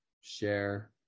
share